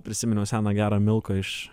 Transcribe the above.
prisiminiau seną gerą milką iš